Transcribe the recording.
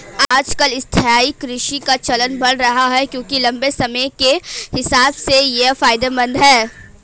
आजकल स्थायी कृषि का चलन बढ़ रहा है क्योंकि लम्बे समय के हिसाब से ये फायदेमंद है